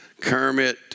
Kermit